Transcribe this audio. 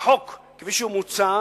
שהחוק כפי שהוא מוצע